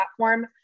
platform